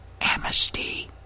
Amnesty